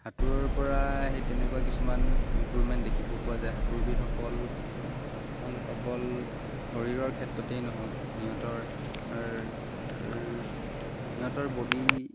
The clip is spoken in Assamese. সাঁতোৰৰপৰা সেই তেনেকুৱা কিছুমান ইমপ্ৰুভমেণ্ট দেখিব পোৱা যায় সাঁতোৰবিদ অকল অকল শৰীৰৰ ক্ষেত্ৰতেই নহওক সিহঁতৰ সিহঁতৰ বডি